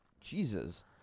Jesus